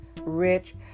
rich